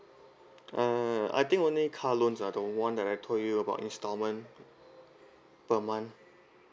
uh I think only car loans ah the one that I told you about installment per month